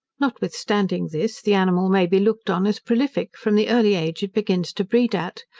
notwithstanding this, the animal may be looked on as prolific, from the early age it begins to breed at,